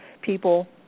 people